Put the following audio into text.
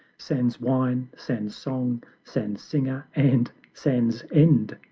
sans wine, sans song, sans singer, and sans end!